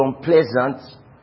unpleasant